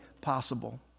possible